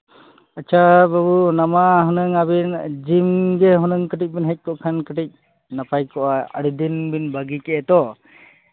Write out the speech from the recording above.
ᱟᱪᱪᱷᱟ ᱵᱟᱹᱵᱩ ᱚᱱᱟᱢᱟ ᱦᱩᱱᱟᱹᱝ ᱟᱹᱵᱤᱱ ᱡᱤᱢᱜᱮ ᱦᱩᱱᱟᱹᱝ ᱠᱟᱹᱴᱤᱡ ᱵᱤᱱ ᱦᱮᱡ ᱠᱚᱜ ᱠᱷᱟᱱ ᱠᱟᱹᱴᱤᱡ ᱱᱟᱯᱟᱭ ᱠᱚᱜᱼᱟ ᱟᱹᱰᱤ ᱫᱤᱱ ᱵᱤᱱ ᱵᱟᱹᱜᱤ ᱠᱮᱫᱼᱟ ᱛᱚ